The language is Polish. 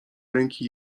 ręki